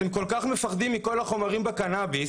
אתם כל כך מפחדים מכל החומרים בקנביס,